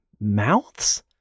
mouths